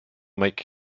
make